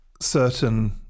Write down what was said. certain